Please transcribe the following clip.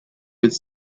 with